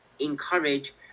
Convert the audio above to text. encourage